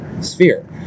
sphere